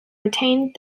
retained